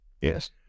Yes